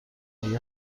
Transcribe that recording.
مگه